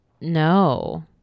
No